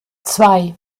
zwei